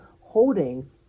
holding